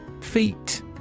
Feet